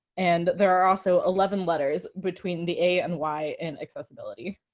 and there are also eleven letters between the a and y in accessibility.